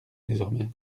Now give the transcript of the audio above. désormais